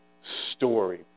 story